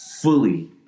fully